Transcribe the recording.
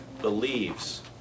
believes